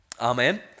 Amen